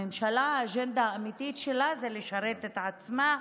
הממשלה, האג'נדה האמיתית שלה היא לשרת את עצמה,